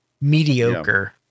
mediocre